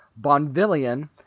Bonvillian